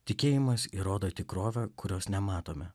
tikėjimas įrodo tikrovę kurios nematome